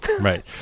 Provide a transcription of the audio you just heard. right